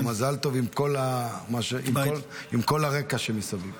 שיהיה לו מזל טוב עם כל הרקע שמסביב.